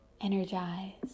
energized